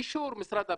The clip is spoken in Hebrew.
באישור משרד הבריאות,